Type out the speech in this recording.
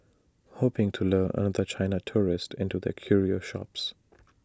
hoping to lure another China tourist into their curio shops